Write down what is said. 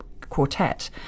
quartet